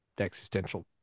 existential